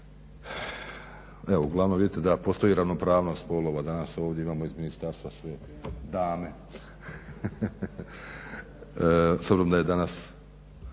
Evo uglavnom da vidjeti da postoji ravnopravnost spolova. Danas ovdje iz ministarstva imamo sve dame. S obzirom da je danas